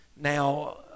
Now